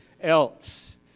Else